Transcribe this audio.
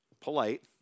polite